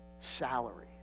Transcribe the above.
salary